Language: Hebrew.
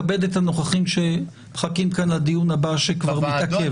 כבד את הנוכחים שמחכים כאן לדיון הבא שכבר מתעכב.